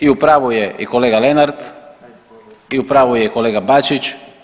I u pravu je i kolega Lenart, i u pravu je kolega Bačić.